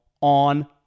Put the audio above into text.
on